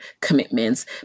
commitments